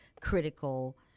critical